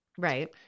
Right